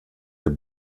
der